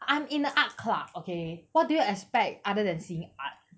I am in the art club okay what do you expect other than seeing art